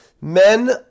Men